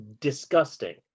disgusting